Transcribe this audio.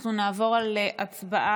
אנחנו נעבור להצבעה,